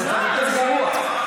אז המצב יותר גרוע.